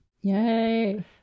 Yay